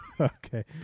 Okay